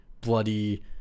bloody